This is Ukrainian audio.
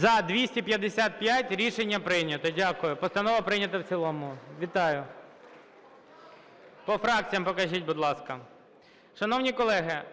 За-255 Рішення прийнято. Дякую. Постанова прийнята в цілому. Вітаю! По фракціям покажіть, будь ласка. Шановні колеги,